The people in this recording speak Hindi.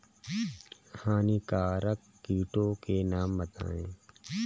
हानिकारक कीटों के नाम बताएँ?